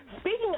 Speaking